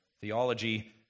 theology